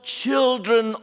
children